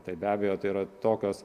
tai be abejo tai yra tokios